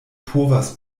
povas